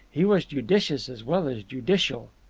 he was judicious as well as judicial.